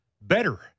better